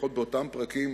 לפחות באותם פרקים